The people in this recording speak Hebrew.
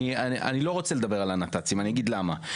אני לא רוצה לדבר על הנת"צים אני אגיד למה,